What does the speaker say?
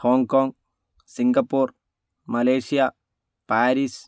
Hong Kong Singapore Malaysia Paris